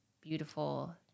beautiful